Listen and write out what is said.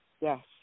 Yes